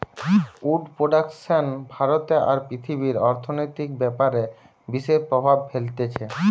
would production ভারতে আর পৃথিবীর অর্থনৈতিক ব্যাপারে বিশেষ প্রভাব ফেলতিছে